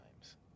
times